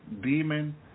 demon